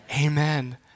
amen